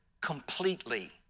completely